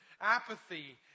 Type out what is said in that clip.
apathy